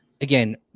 again